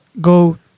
go